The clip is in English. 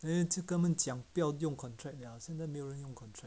then 去跟他们讲不要用 contract 了现在没有人用 contract